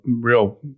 real